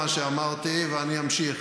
אמרתי ואני אמשיך.